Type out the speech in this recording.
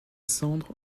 cendres